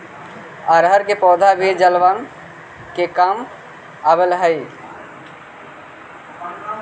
अरहर के पौधा भी जलावन के काम आवऽ हइ